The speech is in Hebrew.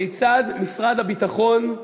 כיצד משרד הביטחון,